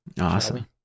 Awesome